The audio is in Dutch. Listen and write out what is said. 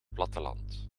platteland